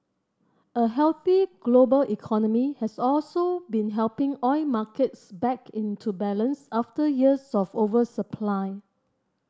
a healthy global economy has also been helping oil markets back into balance after years of oversupply